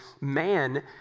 man